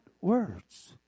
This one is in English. words